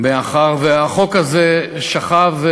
מאחר שהחוק הזה שכב,